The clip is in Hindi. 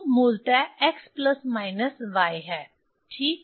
q मूलतः x प्लस माइनस y है ठीक